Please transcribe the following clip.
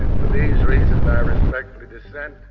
and for these reasons, i respectfully dissent